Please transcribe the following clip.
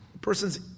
person's